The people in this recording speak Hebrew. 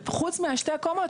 חוץ משתי הקומות,